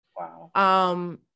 wow